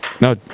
No